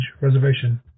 Reservation